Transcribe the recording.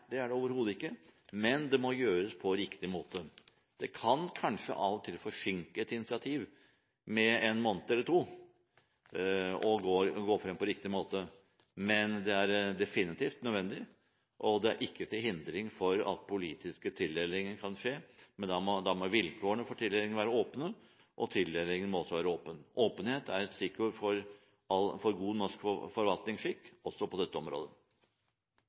kan kanskje av og til forsinke et initiativ med en måned eller to å gå frem på riktig måte, men det er definitivt nødvendig. Det er ikke til hinder for at politiske tildelinger kan skje, men da må vilkårene være åpne, og tildelingen må også være åpen. Åpenhet er et stikkord for god norsk forvaltningsskikk også på dette området.